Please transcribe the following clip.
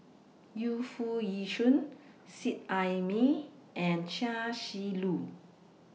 Yu Foo Yee Shoon Seet Ai Mee and Chia Shi Lu